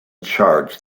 charged